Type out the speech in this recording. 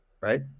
Right